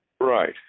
Right